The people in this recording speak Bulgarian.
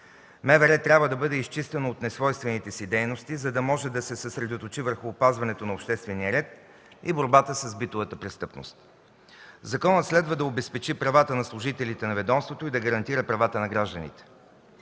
трябва да бъде изчистено от несвойствените си дейности, за да може да се съсредоточи върху опазването на обществения ред и борбата с битовата престъпност. Законът следва да обезпечи правата на служителите на ведомството и да гарантира правата на гражданите.